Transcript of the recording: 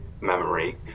memory